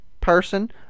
person